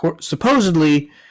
supposedly